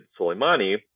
Soleimani